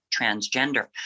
transgender